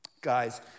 Guys